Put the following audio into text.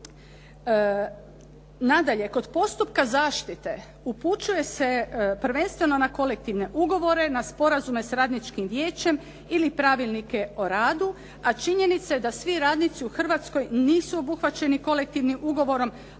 Nadalje, kod postupka zaštite upućuje se prvenstveno na kolektivne ugovore, na sporazume sa radničkim vijećem ili pravilnike o radu a činjenica je da svi radnici u Hrvatskoj nisu obuhvaćeni kolektivnim ugovorom